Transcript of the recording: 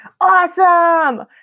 Awesome